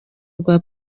rwa